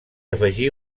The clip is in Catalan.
afegí